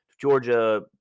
Georgia